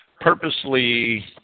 purposely